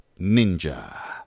Ninja